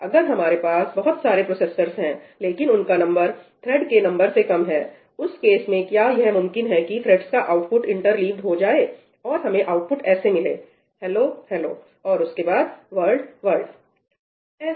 अगर हमारे पास बहुत सारे प्रोसेसर्स हैं लेकिन उनका नंबर थ्रेड्स के नंबर से कम है उस केस में क्या यह मुमकिन है कि थ्रेडस का आउटपुट इंटरलीव्ड हो जाए और हमें आउटपुट ऐसे मिले हेलो हेलो 'hello hello 'और उसके बाद वर्ल्ड वर्ल्ड 'world world'